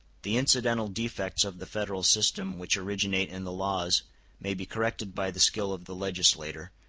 the incidental defects of the federal system which originate in the laws may be corrected by the skill of the legislator,